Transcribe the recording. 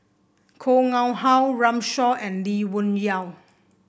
Koh Nguang How Runme Shaw and Lee Wung Yew